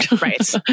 Right